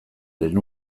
lehen